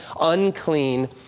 unclean